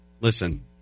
Listen